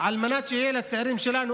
על מנת שיהיה אופק לצעירים שלנו.